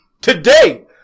today